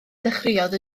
dechreuodd